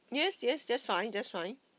yes yes that's fine that's fine